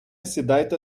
сідайте